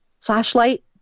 flashlight